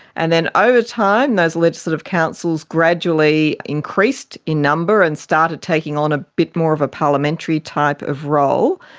and then over time those legislative councils gradually increased in number and started taking on a bit more of a parliamentary type of role,